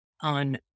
on